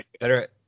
better –